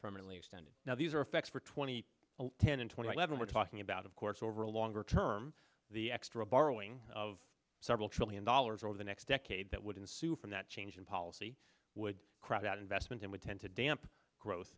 permanently extended now these are effects for twenty ten and twenty level we're talking about of course over a longer term the extra borrowing of several trillion dollars over the next decade that would ensue from that change in policy would crowd out investment and would tend to dampen gro